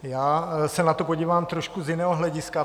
Já se na to podívám trošku z jiného hlediska.